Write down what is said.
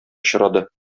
очрады